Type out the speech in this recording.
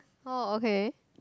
oh okay